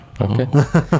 okay